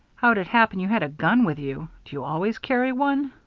how'd it happen you had a gun with you? do you always carry one?